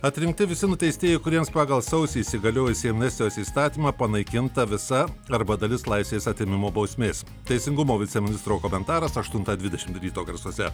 atrinkti visi nuteistieji kuriems pagal sausį įsigaliojusį amnestijos įstatymą panaikinta visa arba dalis laisvės atėmimo bausmės teisingumo viceministro komentaras aštuntą dvidešimt ryto garsuose